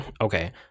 okay